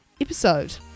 episode